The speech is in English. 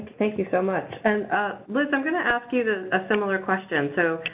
thank you so much. and liz, i'm going to ask you to a similar question. so,